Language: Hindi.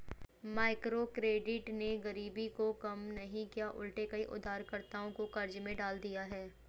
माइक्रोक्रेडिट ने गरीबी को कम नहीं किया उलटे कई उधारकर्ताओं को कर्ज में डाल दिया है